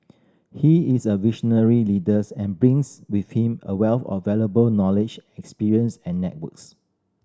he is a visionary leaders and brings with him a wealth of valuable knowledge experience and networks